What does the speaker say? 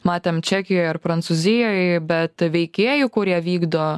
matėm čekijoj ar prancūzijoj bet veikėjų kurie vykdo